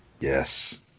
Yes